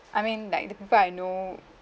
I mean like the people I know